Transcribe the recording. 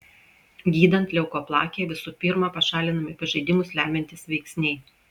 gydant leukoplakiją visų pirma pašalinami pažeidimus lemiantys veiksniai